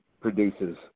produces